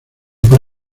por